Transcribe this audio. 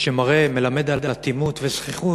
שמלמד על אטימות וזחיחות,